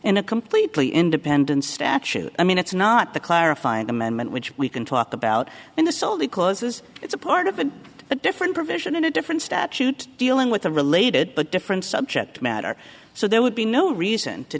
in a completely independent statute i mean it's not the clarifying amendment which we can talk about in the soul the causes it's a part of it but different provision in a different statute dealing with a related but different subject matter so there would be no reason to